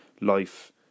life